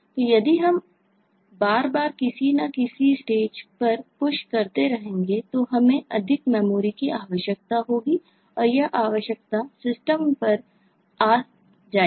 तो यदि हम बार बार किसी न किसी स्टेज पर Push करते रहेंगे तो हमें अधिक मेमोरी की आवश्यकता होगी और यह आवश्यकता सिस्टम पर आ जाएगी